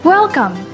Welcome